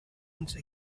once